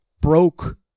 broke